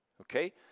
Okay